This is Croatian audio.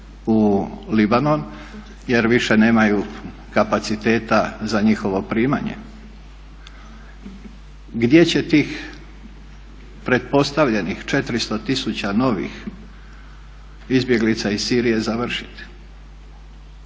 u Libanon jer više nemaju kapaciteta za njihovo primanje. Gdje će tih pretpostavljenih 400 tisuća novih izbjeglica iz Sirije završiti?